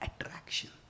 attraction